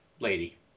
lady